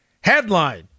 headline